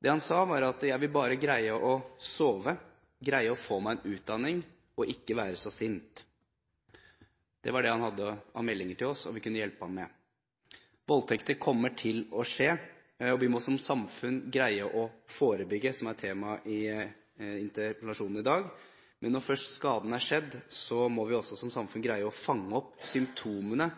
Det han sa, var: Jeg vil bare greie å sove, greie å få meg en utdanning og ikke være så sint. Det var det han hadde av meldinger til oss – om vi kunne hjelpe ham med det. Voldtekter kommer til å skje, og vi må som samfunn greie å forebygge. Det er det som er tema i interpellasjonen i dag. Men når skaden først har skjedd, må vi også som samfunn greie å fange opp symptomene